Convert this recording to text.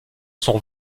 sont